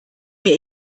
mir